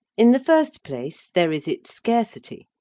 in the first place, there is its scarcity.